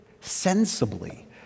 sensibly